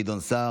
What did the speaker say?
גדעון סער,